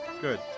Good